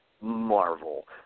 Marvel